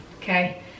okay